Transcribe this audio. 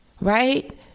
right